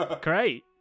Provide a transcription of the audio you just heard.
Great